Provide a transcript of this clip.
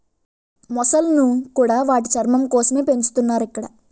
మొసళ్ళను కూడా వాటి చర్మం కోసమే పెంచుతున్నారు ఇక్కడ